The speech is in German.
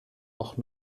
auch